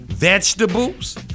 vegetables